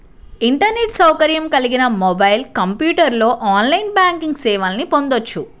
internet సౌకర్యం కలిగిన mobile, కంప్యూటర్లో ఆన్లైన్ బ్యాంకింగ్ సేవల్ని పొందొచ్చు